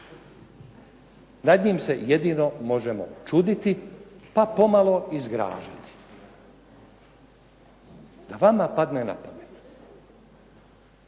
Nad njim se jedino možemo čuditi, pa pomalo i zgražati. Da vama padne napamet